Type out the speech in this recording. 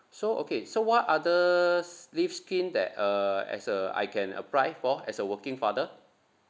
so okay so what other s~ leave scheme that uh as a I can apply for as a working father